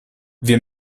wir